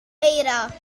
eira